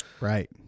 Right